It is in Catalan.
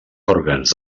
òrgans